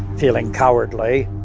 feeling cowardly,